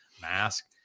mask